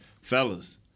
fellas